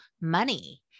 money